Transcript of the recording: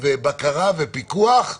ובקרה ופיקוח.